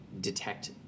detect